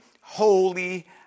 holy